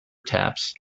taps